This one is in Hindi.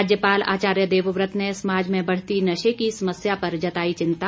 राज्यपाल आचार्य देवव्रत ने समाज में बढ़ती नशे की समस्या पर जताई चिंता